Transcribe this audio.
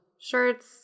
shirts